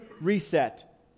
reset